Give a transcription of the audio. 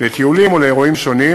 לטיולים ולאירועים שונים,